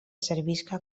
servisca